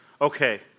okay